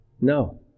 No